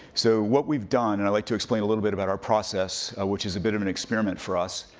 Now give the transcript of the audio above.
so what we've done, and i'd like to explain a little bit about our process, which is a bit of an experiment for us,